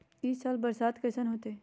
ई साल बरसात कैसन होतय?